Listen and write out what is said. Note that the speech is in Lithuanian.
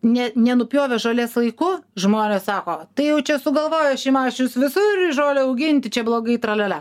ne nenupjovė žolės laiku žmonės sako tai jau čia sugalvojo šimašius visur žolę auginti čia blogai tralialia